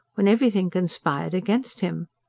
when every thing conspired against him.